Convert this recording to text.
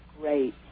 great